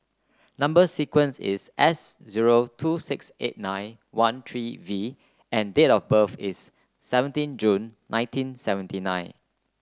number sequence is S zero two six eight nine one three V and date of birth is seventeen June nineteen seventy nine